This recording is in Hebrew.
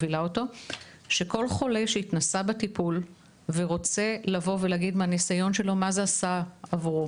כל חולה שהתנסה בטיפול ורוצה לבוא ולהגיד מהניסיון שלו מה זה עשה לו,